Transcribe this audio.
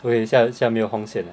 !oi! 下下面有红线了